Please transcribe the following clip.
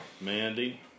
Mandy